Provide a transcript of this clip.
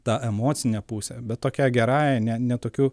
tą emocinę pusę bet tokia gerąja ne ne tokiu